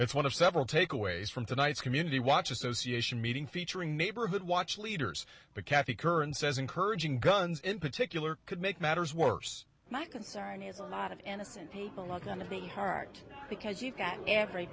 it's one of several takeaways from tonight's community watch association meeting featuring neighborhood watch leaders but kathy curran says encouraging guns in particular could make matters worse my concern is a lot of anniston people are going to be hard because you've got every